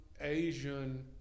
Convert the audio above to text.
Asian